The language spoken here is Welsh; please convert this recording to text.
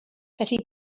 felly